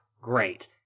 great